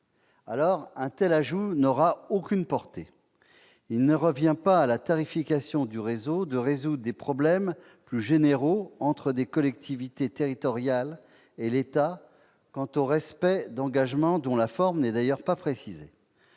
un tel ajout n'aura aucune portée. Il ne revient pas à l'outil tarifaire de résoudre des problèmes plus généraux entre des collectivités territoriales et l'État quant au respect d'engagements, dont la forme n'est d'ailleurs pas précisée.